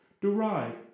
derived